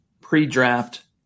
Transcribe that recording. pre-draft